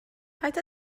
paid